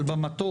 אבל במטות.